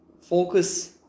focus